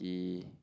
he